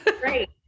Great